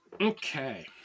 Okay